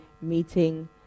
meeting